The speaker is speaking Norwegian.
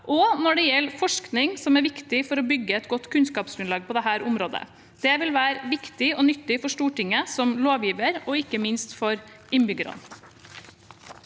og når det gjelder forskning som er viktig for å bygge et godt kunnskapsgrunnlag på dette området. Det vil være viktig og nyttig for Stortinget som lovgiver, og ikke minst for innbyggerne.